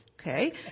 okay